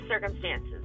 circumstances